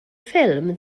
ffilm